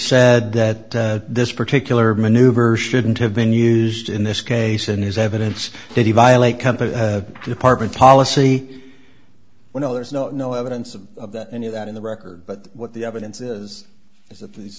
said that this particular maneuver shouldn't have been used in this case and is evidence that he violate company department policy well there's not no evidence of any of that in the record but what the evidence is is that these